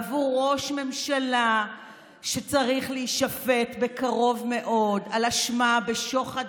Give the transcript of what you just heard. בעבור ראש ממשלה שצריך להישפט בקרוב מאוד על אשמה בשוחד,